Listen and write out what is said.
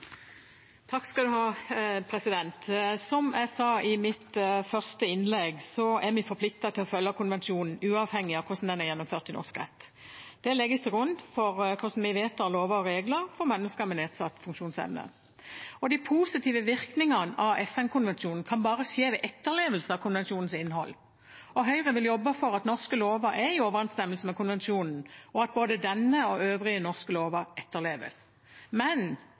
vi forpliktet til å følge konvensjonen uavhengig av hvordan den er gjennomført i norsk rett. Det legges til grunn for hvordan vi vedtar lover og regler for mennesker med nedsatt funksjonsevne. De positive virkningene av FN-konvensjonen kan bare skje ved etterlevelse av konvensjonens innhold. Høyre vil jobbe for at norske lover er i overenstemmelse med konvensjonen, og at både denne og øvrige norske lover etterleves.